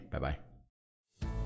bye-bye